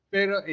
Pero